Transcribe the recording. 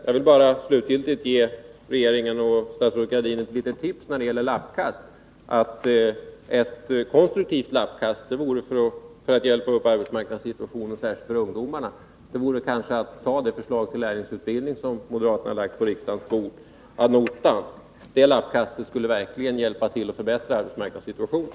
Jag vill slutligen ge regeringen och statsrådet Gradin ett litet tips när det gäller lappkast. Ett konstruktivt lappkast för att hjälpa upp arbetsmarknadssituationen särskilt för ungdomarna vore att ta det förslag till lärlingsutbildning som moderaterna har lagt på riksdagens bord ad notam. Det lappkastet skulle verkligen hjälpa till att förbättra arbetsmarknadssituationen.